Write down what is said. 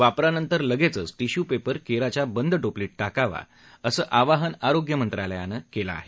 वापरानंतर लगेचच टिश्यूपेपर केराच्या बंद टोपलीत टाकावा असं आवाहन आरोग्य मंत्रालयानं केलं आहे